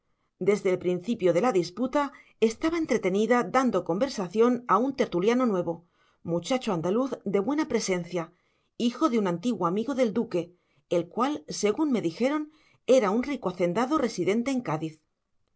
desde el principio de la disputa estaba entretenida dando conversación a un tertuliano nuevo muchacho andaluz de buena presencia hijo de un antiguo amigo del duque el cual según me dijeron era un rico hacendado residente en cádiz